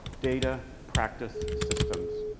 data, practice, systems.